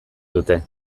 dute